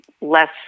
less